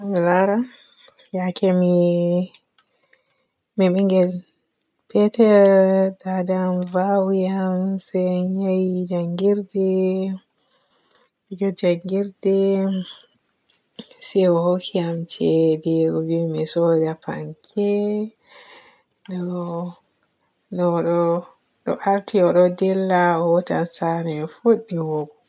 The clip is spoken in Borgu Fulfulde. Hami laara yaake mii-mi ɓingel petel daada am vawii am se en yahi njanngirde, diga njanngirde se o hokki am ceede o vi mi sooda panke no-no-no-o arti o ɗo dilla o hoota saare mi fuɗɗi wookogo.